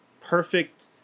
perfect